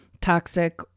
Toxic